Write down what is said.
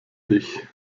dich